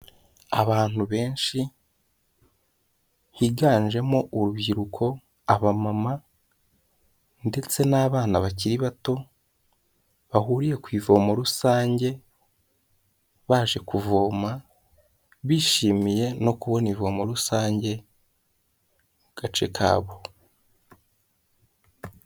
Abantu benshi, higanjemo urubyiruko, abamama, ndetse n'abana bakiri bato, bahuriye ku ivomo rusange, baje kuvoma, bishimiye no kubona ivomo rusange mu gace kabo.